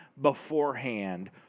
beforehand